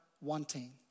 wanting